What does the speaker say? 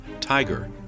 TIGER